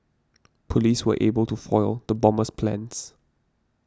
police were able to foil the bomber's plans